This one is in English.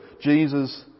Jesus